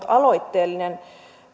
aloitteellinen